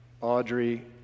Audrey